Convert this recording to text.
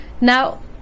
now